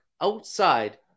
outside